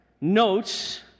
notes